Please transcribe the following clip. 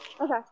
Okay